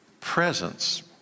presence